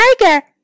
Tiger